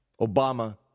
Obama